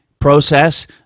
process